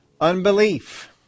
unbelief